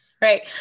Right